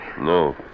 No